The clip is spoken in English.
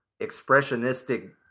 expressionistic